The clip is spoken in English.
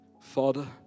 Father